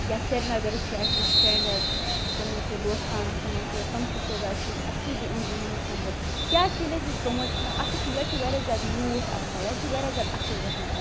یا سرینگرٕ چھِ اسہِ فرٛیٚنٛڈ حظ تِمن چھُ دوستان اسہِ تِمن سۭتۍ تِم چھِ سوزان اسہِ شیٚچھۍ اسہِ سوٗزِو اَمہِ زٔمیٖنُک توٚمُل کیٛازکہِ ییٚلہِ حظ یہِ توٚمُل چھِ نِوان اتھ چھُ یہِ حظ چھُ وارِیاہ زیادٕ میٛوٗٹھ آسان یہِ حظ چھُ وارِیاہ زیادٕ اصٕل گَژھان